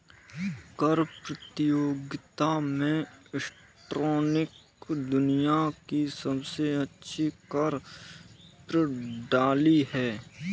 कर प्रतियोगिता में एस्टोनिया दुनिया की सबसे अच्छी कर प्रणाली है